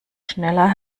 schneller